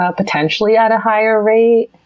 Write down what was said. ah potentially at a higher rate.